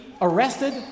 arrested